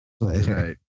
Right